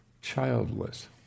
Childless